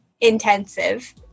intensive